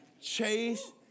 Chase